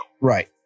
Right